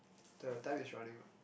the time is running out